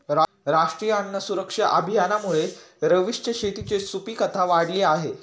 राष्ट्रीय अन्न सुरक्षा अभियानामुळे रवीशच्या शेताची सुपीकता वाढली आहे